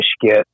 get